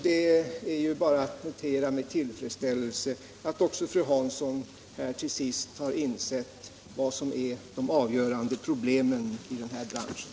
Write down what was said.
Det är bara att med tillfredsställelse notera att också fru Hansson till sist har insett vad som är de avgörande problemen i den här branschen.